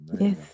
Yes